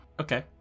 Okay